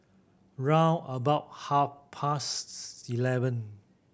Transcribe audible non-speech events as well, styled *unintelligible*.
round about half past *unintelligible* eleven